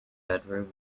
bedroom